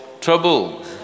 trouble